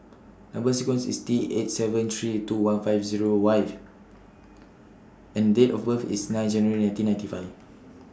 Number sequence IS T eight seven three two one five Zero Y and Date of birth IS nine January nineteen ninety five